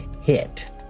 hit